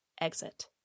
exit